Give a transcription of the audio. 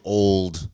old